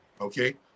Okay